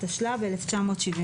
התשל"ב-1971.